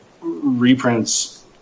reprints